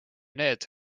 need